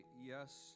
yes